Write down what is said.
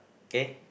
K